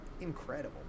Incredible